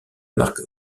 marque